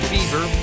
Fever